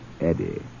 Eddie